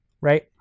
right